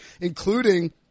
including